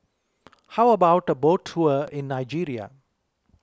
how about a boat tour in Nigeria